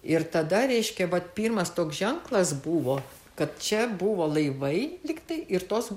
ir tada reiškia vat pirmas toks ženklas buvo kad čia buvo laivai lyg tai ir tos